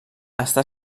està